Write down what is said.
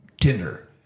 Tinder